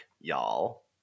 y'all